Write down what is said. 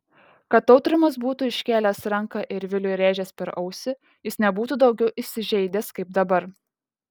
kad tautrimas būtų iškėlęs ranką ir viliui rėžęs per ausį jis nebūtų daugiau įsižeidęs kaip dabar